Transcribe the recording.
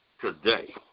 today